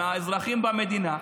מהאזרחים במדינה,